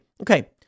Okay